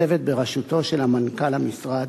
צוות בראשותו של מנכ"ל המשרד,